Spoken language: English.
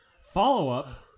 Follow-up